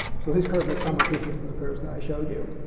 so his curve looks somewhat different than the curves that i showed you.